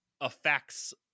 affects